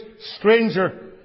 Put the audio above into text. stranger